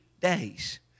days